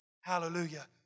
Hallelujah